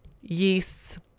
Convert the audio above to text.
yeasts